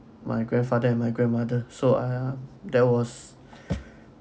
my grandfather and my grandmother so I ah that was